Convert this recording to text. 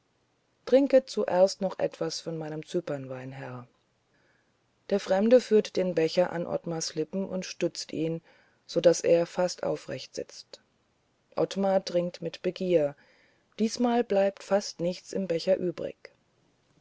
trinket zuerst noch etwas von meinem cypernwein herr der fremde führt den becher an ottmars lippen und stützt ihn so daß er fast aufrecht sitzt ottmar trinkt mit begier diesmal bleibt fast nichts im becher übrig